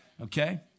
okay